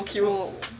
!whoa!